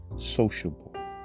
sociable